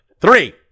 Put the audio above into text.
Three